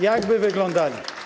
Jak by wyglądali?